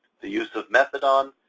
the use of methadone,